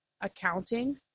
accounting